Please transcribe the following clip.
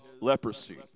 leprosy